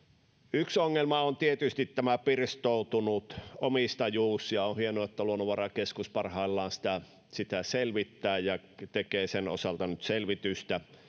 yksi ongelma on tietysti tämä pirstoutunut omistajuus ja on hienoa että luonnonvarakeskus parhaillaan sitä sitä selvittää tekee sen osalta nyt selvitystä